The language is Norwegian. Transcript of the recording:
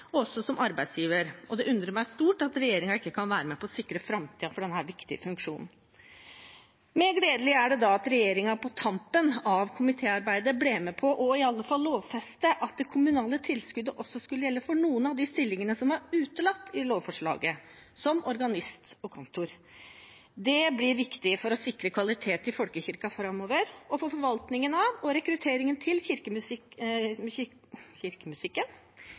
også som arbeidsgiver. Det undrer meg stort at regjeringen ikke kan være med på å sikre framtiden for denne viktige funksjonen. Mer gledelig er det da at regjeringen på tampen av komitéarbeidet ble med på i alle fall å lovfeste at det kommunale tilskuddet også skulle gjelde for noen av de stillingene som var utelatt i lovforslaget, som organist og kantor. Det blir viktig for å sikre kvalitet i folkekirken framover og for forvaltingen av og rekrutteringen til